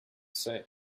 say